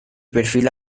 perfil